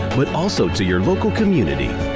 but also to your local community.